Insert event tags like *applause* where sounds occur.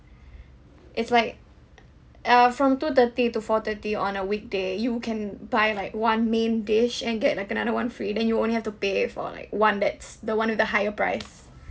*breath* it's like err from two thirty to four thirty on a weekday you can buy like one main dish and get like another one free then you only have to pay for like one that's the one with the higher price